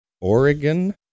Oregon